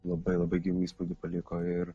labai labai gilų įspūdį paliko ir